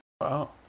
Wow